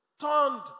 turned